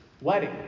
Wedding